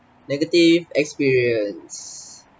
negative experience